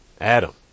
Adam